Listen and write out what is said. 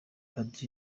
padiri